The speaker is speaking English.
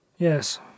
Yes